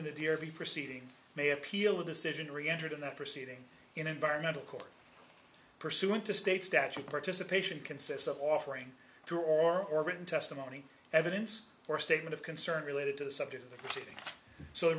in a dairy proceeding may appeal the decision re entered in that proceeding in environmental court pursuant to state statute participation consists of offering to or written testimony evidence or a statement of concern related to the subject of the